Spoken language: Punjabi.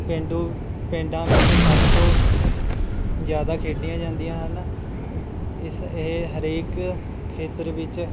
ਪੇਂਡੂ ਪਿੰਡਾਂ ਵਿੱਚ ਸਭ ਤੋਂ ਜ਼ਿਆਦਾ ਖੇਡੀਆਂ ਜਾਂਦੀਆਂ ਹਨ ਇਸ ਇਹ ਹਰੇਕ ਖੇਤਰ ਵਿੱਚ